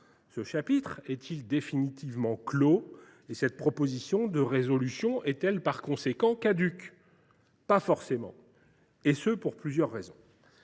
Ce chapitre est il définitivement clos et cette proposition de résolution est elle par conséquent caduque ? Ce n’est pas forcément le cas, et ce pour plusieurs raisons.